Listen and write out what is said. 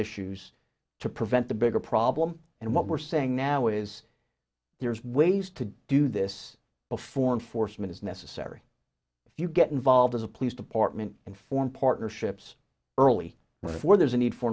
issues to prevent the bigger problem and what we're saying now is there's ways to do this before and forstmann is necessary if you get involved as a police department and form partnerships early where there's a need for